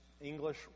English